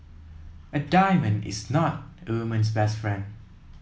a diamond is not a woman's best friend